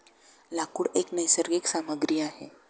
लाकूड एक नैसर्गिक सामग्री आहे